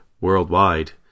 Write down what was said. worldwide